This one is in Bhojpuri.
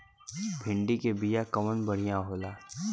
भिंडी के बिया कवन बढ़ियां होला?